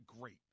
great